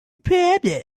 problem